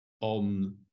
on